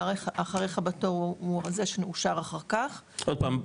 אחריך בתור הוא זה שאושר אחר כך --- עוד פעם,